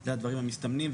זה הדברים המסתמנים.